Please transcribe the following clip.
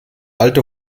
alte